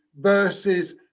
versus